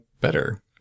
better